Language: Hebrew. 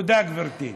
תודה, גברתי.